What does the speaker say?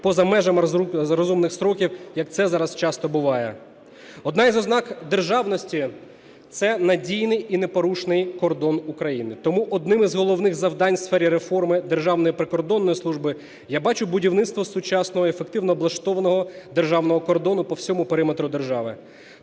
поза межами розумних строків, як це зараз часто буває. Одна із ознак державності – це надійний і непорушний кордон України. Тому одним із головних завдань у сфері реформи Державної прикордонної служби я бачу будівництво сучасного і ефективно облаштованого державного кордону по всьому периметру держави.